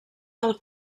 del